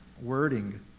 wording